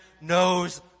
knows